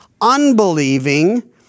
unbelieving